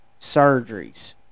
surgeries